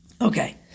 Okay